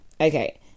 Okay